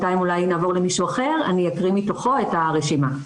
את הרשימה.